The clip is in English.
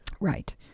Right